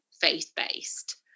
faith-based